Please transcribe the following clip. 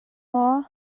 maw